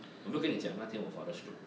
我都跟你讲那天我 father stroke